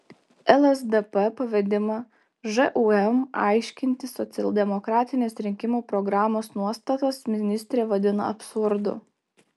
lsdp pavedimą žūm aiškinti socialdemokratinės rinkimų programos nuostatas ministrė vadina absurdu